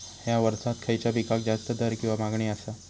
हया वर्सात खइच्या पिकाक जास्त दर किंवा मागणी आसा?